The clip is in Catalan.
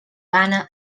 gana